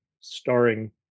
Starring